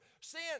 Sin